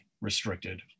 restricted